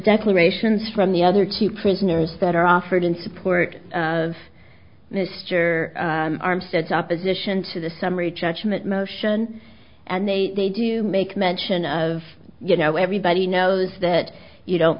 declarations from the other two prisoners that are offered in support of mr armstead opposition to the summary judgment motion and they they do make mention of you know everybody knows that you don't